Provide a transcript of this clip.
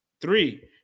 three